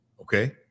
Okay